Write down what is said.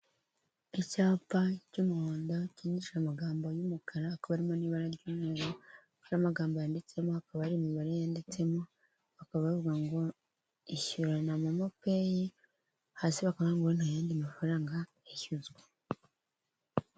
Icyapa cy'umuhondo cy,andikishije amagambo y'umukara hakaba harimo n'ibara ry'umweru hari amagambo yanditsemo akaba ari imibare ya nditsemo bakaba bavuga ngo ishyura na momopey hasi bakavuga ngo nta yandi mafaranga yishyuzwa.